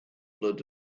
blood